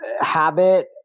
habit